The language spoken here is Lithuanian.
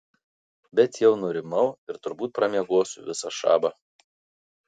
bet jau nurimau ir turbūt pramiegosiu visą šabą